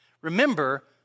Remember